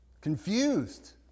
Confused